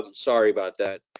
um sorry about that,